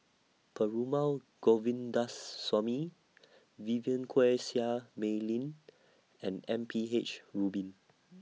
Perumal Govindaswamy Vivien Quahe Seah Mei Lin and M P H Rubin